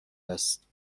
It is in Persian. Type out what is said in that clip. است